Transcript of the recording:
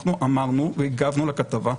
אנחנו אמרנו והגבנו לכתבה,